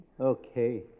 Okay